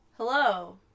Hello